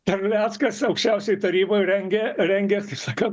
terleckas aukščiausioj taryboj rengė rengės kaip sakant